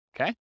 Okay